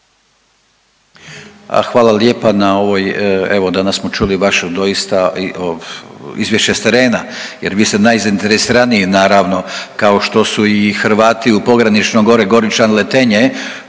hvala lijepa na ovoj, evo, danas smo čuli baš doista i izvješće s terena jer vi ste najzainteresiraniji, naravno kao što su i Hrvati u pograničnom gore Goričan, Letenje,